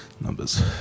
numbers